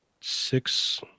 six